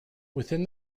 within